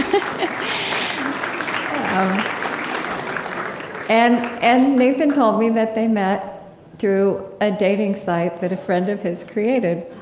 um and and nathan told me that they met through a dating site that a friend of his created